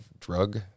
drug